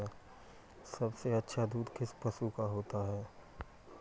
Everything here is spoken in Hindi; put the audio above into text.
सबसे अच्छा दूध किस पशु का होता है?